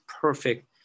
perfect